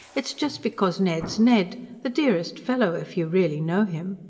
it's just because ned's ned. the dearest fellow, if you really know him.